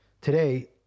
Today